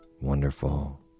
wonderful